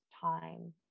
time